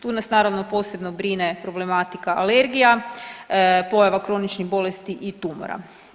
Tu nas naravno, posebno brine problematika alergija, pojava kroničnih bolesti i tumora.